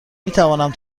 میتوانم